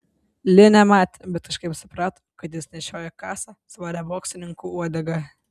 li nematė bet kažkaip suprato kad jis nešioja kasą svarią boksininkų uodegą